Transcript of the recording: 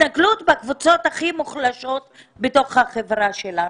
לקבוצות הכי מוחלשות בתוך החברה שלנו,